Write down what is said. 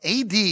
AD